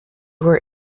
were